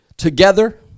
Together